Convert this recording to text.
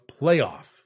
playoff